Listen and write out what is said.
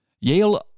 Yale